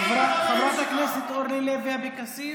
חברת הכנסת אורלי לוי אבקסיס,